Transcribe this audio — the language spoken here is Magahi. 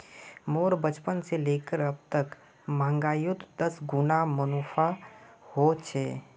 मोर बचपन से लेकर अब तक महंगाईयोत दस गुना मुनाफा होए छे